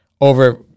over